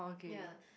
ya